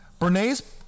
Bernays